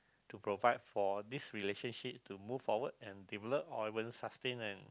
to provide for this relationship to move forward and develop or even sustain and